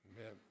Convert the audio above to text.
Amen